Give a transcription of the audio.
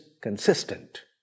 consistent